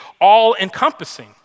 all-encompassing